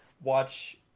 watch